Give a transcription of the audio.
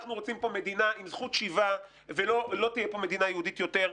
אנחנו רוצים פה מדינה עם זכות שיבה ולא תהיה פה מדינה יהודית יותר.